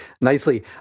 nicely